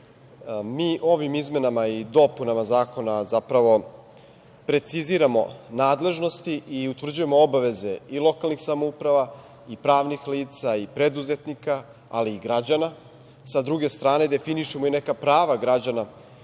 Mi ovim izmenama i dopunama Zakona zapravo preciziramo nadležnosti i utvrđujemo obaveze i lokalnih samouprava i pravnih lica i preduzetnika, ali i građana, sa druge strane definišemo i neka prava građana